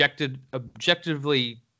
objectively